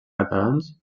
catalans